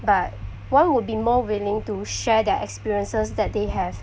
but one would be more willing to share their experiences that they have